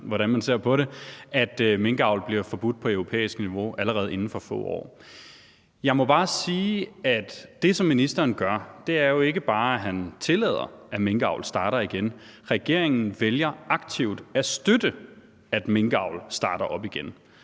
at minkavl bliver forbudt på europæisk niveau allerede inden for få år. Jeg må bare sige, at det, som ministeren gør, jo ikke bare er, at han tillader, at minkavlen starter igen; regeringen vælger aktivt at støtte, at minkavl starter op igen.